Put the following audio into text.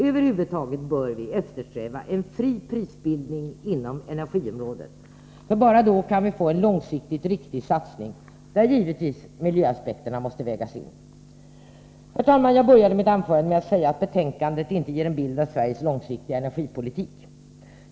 Över huvud taget bör vi eftersträva en fri prisbildning inom energiområdet — bara då kan vi få en långsiktigt riktig satsning, där givetvis miljöaspekterna måste vägas in. Herr talman! Jag började mitt anförande med att säga att betänkandet inte ger en bild av Sveriges långsiktiga energipolitik.